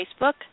Facebook